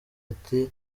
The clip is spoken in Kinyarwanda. ati